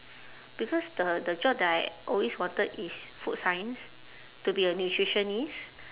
because the the job that I always wanted is food science to be a nutritionist